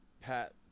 Pat